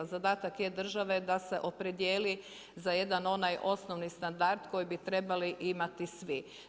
Zadatak je države da se opredijeli za jedan onaj osnovni standard koji bi trebali imati svi.